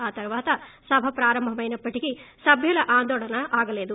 ఆ తరువాత సభ ప్రారంభమైనప్పటికీ సభ్యుల ఆందోళన ఆగలేదు